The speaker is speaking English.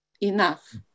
enough